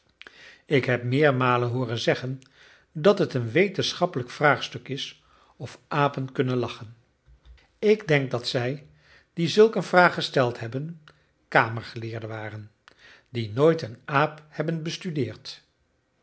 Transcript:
ik heb meermalen hooren zeggen dat het een wetenschappelijk vraagstuk is of apen kunnen lachen ik denk dat zij die zulk een vraag gesteld hebben kamergeleerden waren die nooit een aap hebben bestudeerd